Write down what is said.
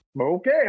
Okay